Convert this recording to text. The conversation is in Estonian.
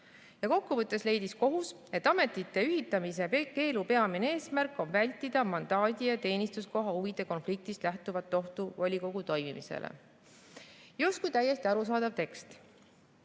Kokkuvõttes leidis kohus, et ametite ühitamise keelu peamine eesmärk on vältida mandaadi ja teenistuskoha huvide konfliktist lähtuvat ohtu volikogu toimimisele. Justkui täiesti arusaadav tekst.